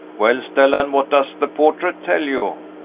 well, stella, and what does the portrait tell you?